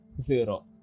zero